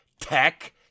TECH